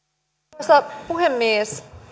arvoisa puhemies